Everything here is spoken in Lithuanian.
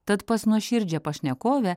tad pas nuoširdžią pašnekovę